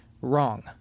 Wrong